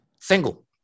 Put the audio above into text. Single